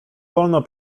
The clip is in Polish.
wolno